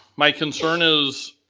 my concern is